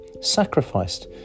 sacrificed